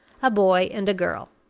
a boy and a girl.